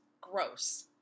gross